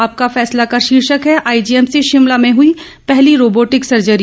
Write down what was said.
आपका फैसला का शीर्षक है आईजीएमसी शिमला में हुई पहली रोबोटिक सर्जरी